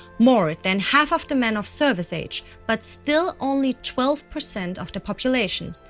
more than half of the men of service age, but still only twelve percent of the population.